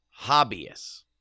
hobbyists